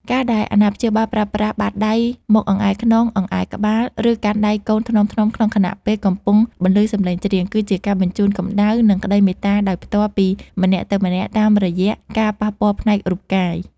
ការដែលអាណាព្យាបាលប្រើប្រាស់បាតដៃមកអង្អែលខ្នង អង្អែលក្បាល ឬកាន់ដៃកូនថ្នមៗក្នុងខណៈពេលកំពុងបន្លឺសំឡេងច្រៀង គឺជាការបញ្ជូនកម្ដៅ និងក្ដីមេត្តាដោយផ្ទាល់ពីម្នាក់ទៅម្នាក់តាមរយៈការប៉ះពាល់ផ្នែករូបកាយ។